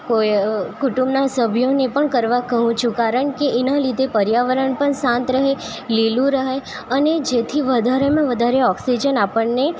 કોઈ કુટુંબના સભ્યોને પણ કરવા કહું છું કારણ કે એના લીધે પર્યાવરણ પણ શાંત રહે લીલું રહે અને જેથી વધારેમાં વધારે ઓક્સિજન આપણને